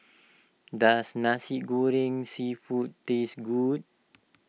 does Nasi Goreng Seafood taste good